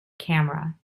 camera